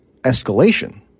escalation